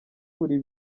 buri